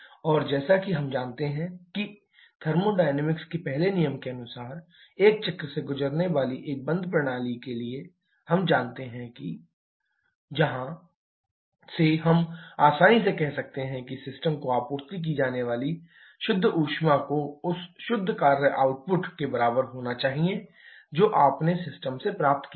और जैसा कि हम जानते हैं कि थर्मोडायनामिक्स के पहले नियम के अनुसार एक चक्र से गुजरने वाली एक बंद प्रणाली के लिए हम जानते हैं कि qw जहां से हम आसानी से कह सकते हैं कि सिस्टम को आपूर्ति की जाने वाली शुद्ध ऊष्मा को उस शुद्ध कार्य आउटपुट के बराबर होना चाहिए जो आपने सिस्टम से प्राप्त किया है